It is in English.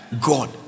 God